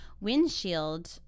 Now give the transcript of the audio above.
windshield